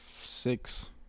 Six